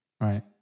Right